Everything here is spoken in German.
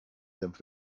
senf